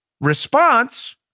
Response